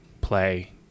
play